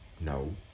No